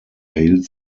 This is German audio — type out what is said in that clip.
erhielt